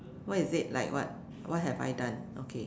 what is it like what what have I done okay